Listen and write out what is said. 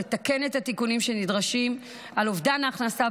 לתקן את התיקונים שנדרשים על אובדן הכנסה